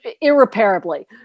irreparably